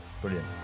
Brilliant